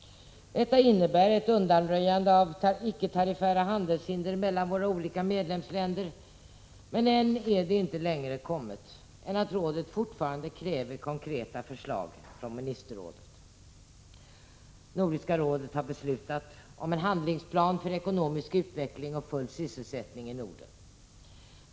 Detta innebär undanröjande av icke tariffära handelshinder mellan våra olika medlemsländer, men än är det inte längre kommet än att rådet fortfarande kräver konkreta förslag från ministerrådet. 78 Nordiska rådet har beslutat om en handlingsplan för ekonomisk utveckling och full sysselsättning i Norden.